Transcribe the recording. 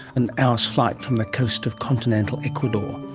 an hour's flight from the coast of continental ecuador,